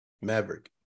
Maverick